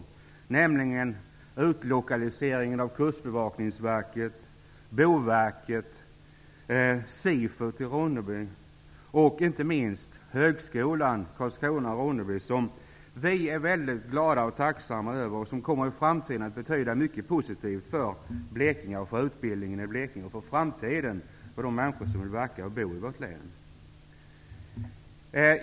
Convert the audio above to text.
Jag tänker då på utlokaliseringen av Kustbevakningsverket, Boverket, SIFO och inte minst satsningen på högskolan Karlskrona/Ronneby, som vi är väldigt glada och tacksamma över och som i framtiden kommer att betyda mycket positivt för utbildningen i Blekinge och för de människor som vill bo och verka i länet.